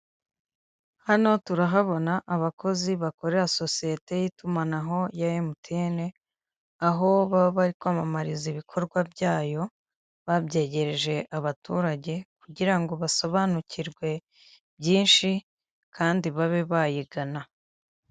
Hano turahabona abakozi bakorera sosiyete y'itumanaho ya MTN, aho baba bari kwamamariza ibikorwa byayo, babyegereje abaturage kugirango basobanukirwe byinshi kandi babe bayigana.